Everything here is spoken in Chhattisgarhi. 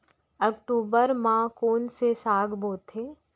अक्टूबर मा कोन से साग बोथे?